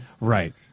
Right